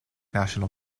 national